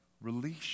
release